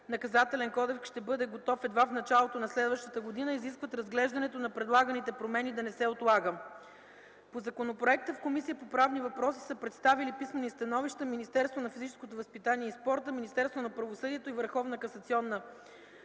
Наказателен кодекс ще бъде готов едва в началото на следващата година изискват разглеждането на предлаганите промени да не се отлага. По законопроекта в Комисията по правни въпроси са представили писмени становища Министерството на физическото възпитание и спорта, Министерството на правосъдието и Върховна касационна